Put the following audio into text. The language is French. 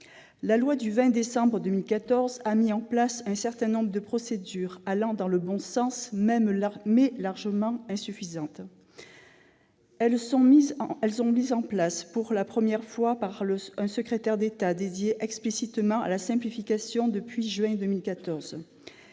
La loi du 20 décembre 2014 a mis en place un certain nombre de mesures allant dans le bon sens, mais largement insuffisantes. Elles sont mises en place pour la première fois par un secrétariat d'État dédié explicitement à la simplification depuis juin 2014.